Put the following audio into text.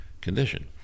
condition